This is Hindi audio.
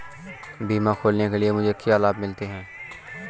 बीमा खोलने के लिए मुझे क्या लाभ मिलते हैं?